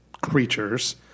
creatures